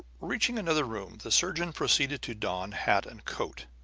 reaching another room, the surgeon proceeded to don hat and coat.